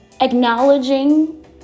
acknowledging